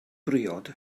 briod